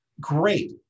Great